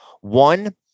One